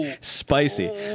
Spicy